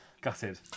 gutted